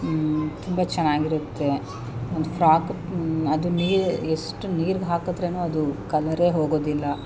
ತುಂಬ ಚೆನ್ನಾಗಿರುತ್ತೆ ಒಂದು ಫ್ರಾಕು ಅದು ನೀರು ಎಷ್ಟು ನೀರಿಗೆ ಹಾಕಿದ್ರೇನು ಅದು ಕಲರೇ ಹೋಗೋದಿಲ್ಲ